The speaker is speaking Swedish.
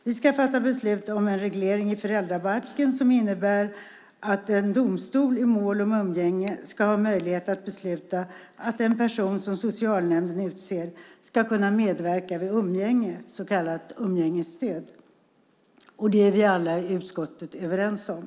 Vi ska fatta beslut om en reglering i föräldrabalken som innebär att en domstol i mål om umgänge ska ha möjlighet att besluta att en person som socialnämnden utser ska kunna medverka vid umgänge, så kallat umgängesstöd, och det är vi alla i utskottet överens om.